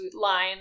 line